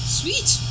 sweet